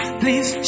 please